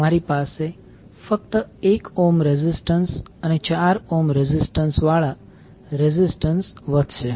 તમારી પાસે ફક્ત 1 ઓહ્મ રેઝિસ્ટન્સ અને 4 ઓહ્મ રેઝિસ્ટન્સ વાળા રેઝિસ્ટન્સ વધશે